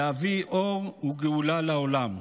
להביא אור וגאולה לעולם.